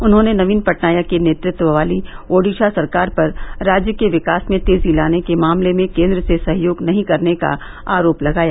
उन्होंने नवीन पटनायक के नेतृत्व वाली ओडिशा सरकार पर राज्य के विकास में तेजी लाने के मामले में केन्द्र से सहयोग नहीं करने का आरोप लगाया